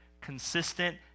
consistent